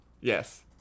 Yes